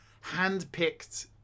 hand-picked